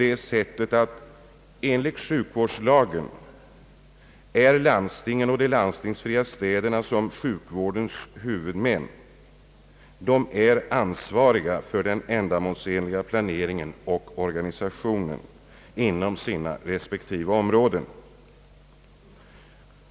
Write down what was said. Enligt sjukvårdslagen är landstingen och de landstingsfria städerna som sjukvårdens huvudmän ansvariga för den ändamålsenliga planeringen och organisationen inom sina respektive områden.